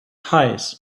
heights